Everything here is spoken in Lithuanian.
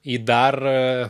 į dar